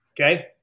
Okay